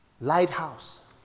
lighthouse